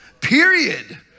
period